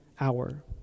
hour